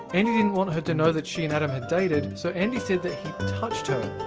andie didn't want her to know that she and adam had dated, so andie said that he touched her.